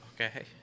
Okay